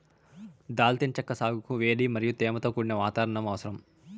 దాల్చిన చెక్క సాగుకు వేడి మరియు తేమతో కూడిన వాతావరణం అవసరం